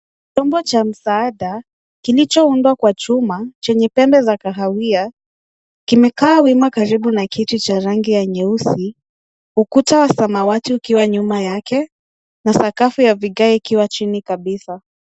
Chombo cha msaada kilichoundwa kwa chuma chenye pembe za kahawia kimekaa wima karibu na kiti cha ya rangi ya nyeusi, ukuta wa samawati ukiwa nyuma yake na sakafu ya vigae ikiwa chini kabisa.